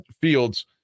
Fields